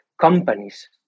companies